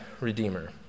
redeemer